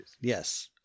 Yes